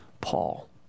Paul